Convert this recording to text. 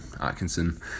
Atkinson